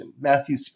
Matthew